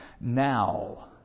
Now